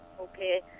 okay